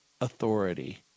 authority